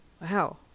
Wow